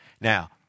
Now